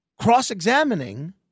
cross-examining